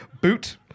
boot